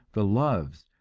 the loves,